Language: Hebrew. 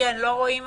ניהלתי את